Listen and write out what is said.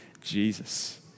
Jesus